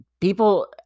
people